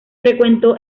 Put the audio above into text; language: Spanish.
frecuentó